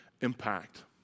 Impact